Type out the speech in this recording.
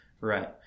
Right